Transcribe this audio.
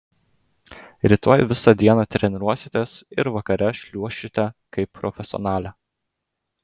rytoj visą dieną treniruositės ir vakare šliuošite kaip profesionalė